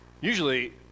usually